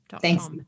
Thanks